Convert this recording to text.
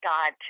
God